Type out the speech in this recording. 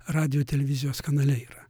radijo televizijos kanale yra